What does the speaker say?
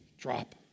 Drop